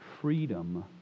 freedom